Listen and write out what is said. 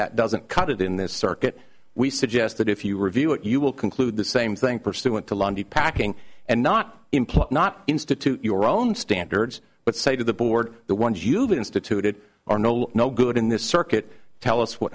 that doesn't cut it in this circuit we suggest that if you review it you will conclude the same thing pursuant to lundy packing and not imply not institute your own standards but say to the board the ones you've instituted are no no good in this circuit tell us what